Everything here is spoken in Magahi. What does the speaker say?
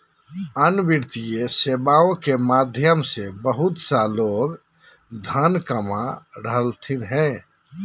अन्य वित्तीय सेवाएं के माध्यम से बहुत सा लोग धन कमा रहलथिन हें